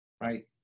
right